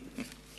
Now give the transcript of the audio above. נכון.